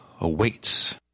Awaits